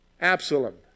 Absalom